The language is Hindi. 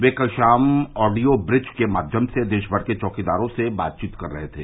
वे कल शाम ऑडियो ब्रिज के माध्यम से देश भर के चौकीदारों से बात कर रहे थे